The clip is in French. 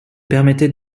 permettait